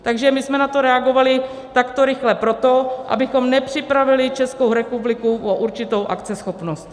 Takže my jsme na to reagovali takto rychle proto, abychom nepřipravili Českou republiku o určitou akceschopnost.